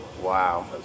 wow